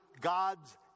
gods